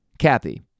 Kathy